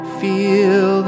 feel